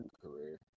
career